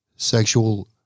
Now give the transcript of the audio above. sexual